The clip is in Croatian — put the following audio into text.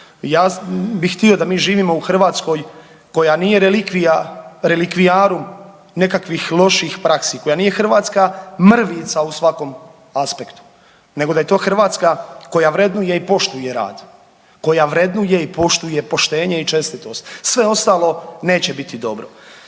Ja bih htio da mi živimo u Hrvatskoj koja nije relikvija relikvijarum nekakvih loših praksi, koja nije Hrvatska mrvica u svakom aspektu, nego da je to Hrvatska koja vrednuje i poštuje rad, koja vrednuje i poštuje poštenje i čestitost. Sve ostalo neće biti dobro.